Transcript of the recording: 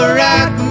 rock